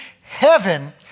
heaven